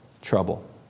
trouble